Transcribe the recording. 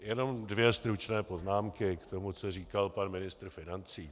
Jenom dvě stručné poznámky k tomu, co říkal pan ministr financí.